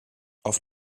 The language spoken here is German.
auf